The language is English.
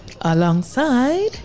Alongside